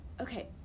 okay